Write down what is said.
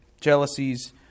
jealousies